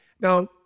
Now